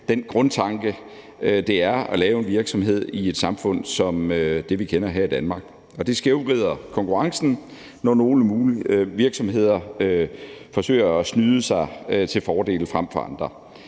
den grundtanke, det er at lave en virksomhed i et samfund som det, vi kender her i Danmark. Det skævvrider konkurrencen, når nogle virksomheder forsøger at snyde sig til fordele frem for andre.